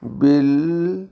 bill